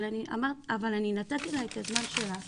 אבל אני נתתי לה את הזמן שלה,